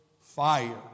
fire